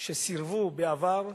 שסירבו בעבר,